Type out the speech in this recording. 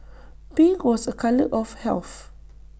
pink was A colour of health